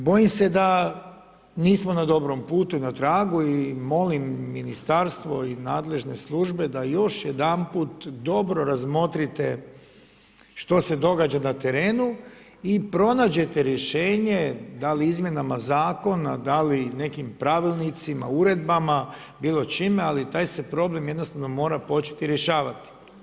I bojim se da nismo na dobrom putu i na tragu, i molim Ministarstvo i nadležne službe da još jedanput dobro razmotrite što se događa na terenu i pronađete rješenje, dal' izmjenama Zakona, dali nekim Pravilnicima, Uredbama, bilo čime, ali taj se problem jednostavno mora početi rješavati.